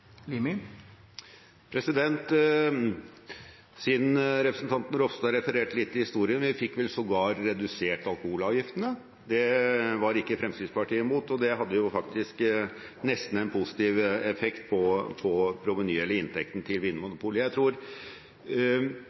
Siden representanten Ropstad refererte litt til historien: Vi fikk vel sågar redusert alkoholavgiftene. Det var ikke Fremskrittspartiet imot, og det hadde faktisk nesten en positiv effekt på inntektene til Vinmonopolet. Jeg tror